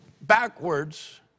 backwards